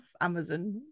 amazon